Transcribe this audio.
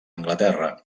anglaterra